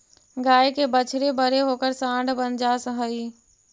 गाय के बछड़े बड़े होकर साँड बन जा हई